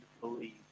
believe